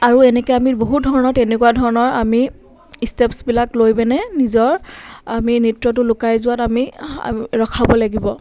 আৰু এনেকৈ আমি বহু ধৰণৰ তেনেকুৱা ধৰণৰ আমি ষ্টেপছবিলাক লৈ পিনে নিজৰ আমি নৃত্যটো লুকাই যোৱাত আমি ৰখাব লাগিব